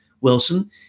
Wilson